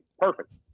Perfect